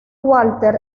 walter